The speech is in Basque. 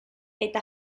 eta